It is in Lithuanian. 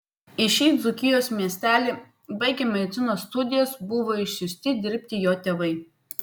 į šį dzūkijos miestelį baigę medicinos studijas buvo išsiųsti dirbti jo tėvai